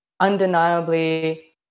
undeniably